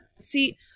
See